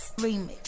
remix